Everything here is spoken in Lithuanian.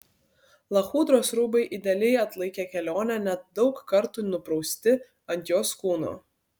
lachudros rūbai idealiai atlaikė kelionę net daug kartų nuprausti ant jos kūno